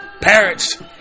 Parents